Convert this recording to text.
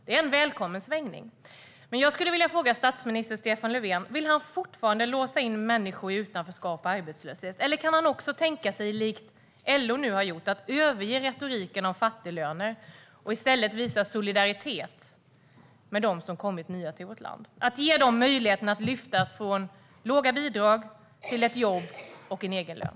Det är en välkommen svängning. Jag skulle vilja fråga statsminister Stefan Löfven om han fortfarande vill låsa in människor i utanförskap och arbetslöshet. Eller kan han också tänka sig, likt LO nu har gjort, att överge retoriken om fattiglöner och i stället visa solidaritet med dem som kommit nya till vårt land? Det handlar om att ge dem möjligheten att lyftas från låga bidrag till ett jobb och en egen lön.